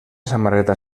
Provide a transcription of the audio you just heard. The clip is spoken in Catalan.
samarreta